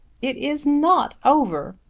it is not over.